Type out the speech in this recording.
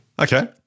Okay